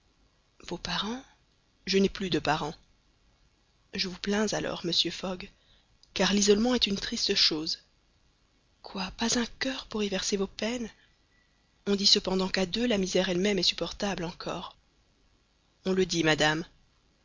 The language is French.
vos parents je n'ai plus de parents je vous plains alors monsieur fogg car l'isolement est une triste chose quoi pas un coeur pour y verser vos peines on dit cependant qu'à deux la misère elle-même est supportable encore on le dit madame